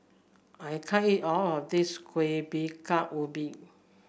I can't eat all of this Kueh Bingka Ubi